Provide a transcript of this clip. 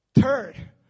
turd